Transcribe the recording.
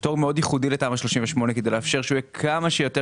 פטור כמעט ייחודי לתמ"א 38 כדי לאפשר שהוא יהיה כמה שיותר